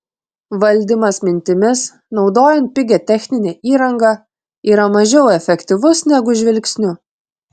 valdymas mintimis naudojant pigią techninę įrangą yra mažiau efektyvus negu žvilgsniu